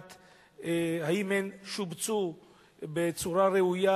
האם הן שובצו בצורה ראויה,